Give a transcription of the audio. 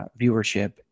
viewership